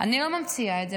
אני לא ממציאה את זה.